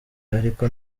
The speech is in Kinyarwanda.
ariko